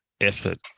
effort